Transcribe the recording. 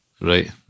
Right